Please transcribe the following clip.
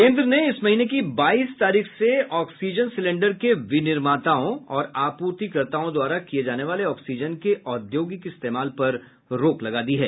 केन्द्र ने इस महीने की बाईस तारीख से ऑक्सीजन सिलेंडर के विनिर्माताओं और आपूर्तिकर्ताओं द्वारा किए जाने वाले ऑक्सीजन के औद्योगिक इस्तेमाल पर रोक लगा दी है